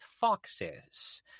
foxes